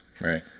Right